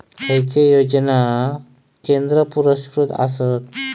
खैचे योजना केंद्र पुरस्कृत आसत?